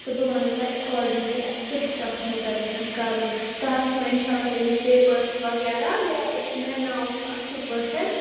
تہٕ بہٕ ونہو تۄہہِ اکارڈِنٛگلی اَسہِ کیٛاہ چھُ تتھ متعلِق کَرُن تۄہہِ آسنو اِنشااللہ تمِکۍ پیپرٲرٕس وغیرہ یا أسۍ مینٕناوَو سۅ اَصٕل پٲٹھۍ